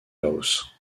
laos